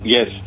Yes